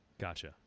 Gotcha